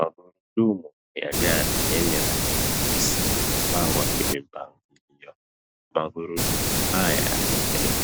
Magurudumu ya gari yenye rangi nyeusi ambayo yamepangwa. Magurudumu haya